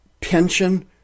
pension